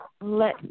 let